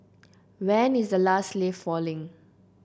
when is the last leaf falling